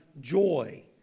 joy